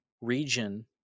region